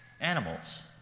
animals